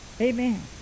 Amen